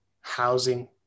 housing